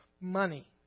money